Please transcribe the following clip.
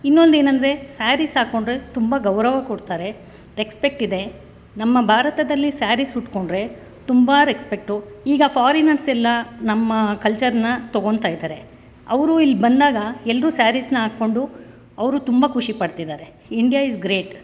ಇನ್ನೊಂದೇನೆಂದ್ರೆ ಸ್ಯಾರೀಸ್ ಹಾಕೊಂಡ್ರೆ ತುಂಬ ಗೌರವ ಕೊಡ್ತಾರೆ ರೆಕ್ಸ್ಪೆಕ್ಟಿದೆ ನಮ್ಮ ಭಾರತದಲ್ಲಿ ಸ್ಯಾರೀಸ್ ಉಟ್ಕೊಂಡ್ರೆ ತುಂಬ ರೆಕ್ಸ್ಪೆಕ್ಟು ಈಗ ಫಾರಿನರ್ಸೆಲ್ಲ ನಮ್ಮ ಕಲ್ಚರ್ನ ತೊಗೊಳ್ತಾ ಇದ್ದಾರೆ ಅವರು ಇಲ್ಲಿ ಬಂದಾಗ ಎಲ್ಲರೂ ಸ್ಯಾರೀಸ್ನ ಹಾಕ್ಕೊಂಡು ಅವರು ತುಂಬ ಖುಷಿ ಪಡ್ತಿದ್ದಾರೆ ಇಂಡಿಯಾ ಇಸ್ ಗ್ರೇಟ್